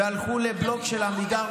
והלכו לבלוק של עמידר,